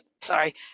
Sorry